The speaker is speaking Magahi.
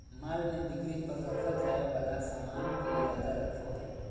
माल में बिक्री पर रखल जाय वाला सामान के इरादा रखो हइ